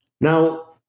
Now